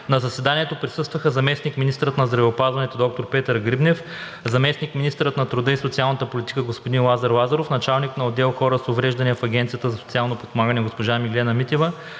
На заседанието присъстваха заместник-министърът на здравеопазването доктор Петър Грибнев, заместник-министърът на труда и социалната политика господин Лазар Лазаров, началникът на отдел „Хора с увреждания“ в Агенцията за социално подпомагане госпожа Миглена Митева,